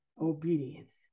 Obedience